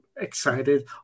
excited